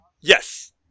Yes